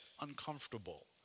uncomfortable